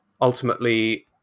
ultimately